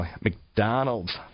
McDonald's